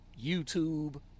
YouTube